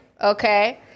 okay